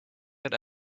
that